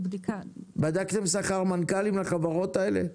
בדקתם שכר מנכ"לים לחברות האלה?